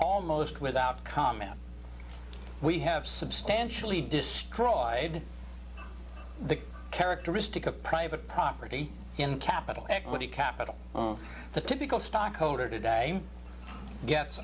almost without comment we have substantially destroyed the characteristic of private property in capital equity capital the typical stockholder today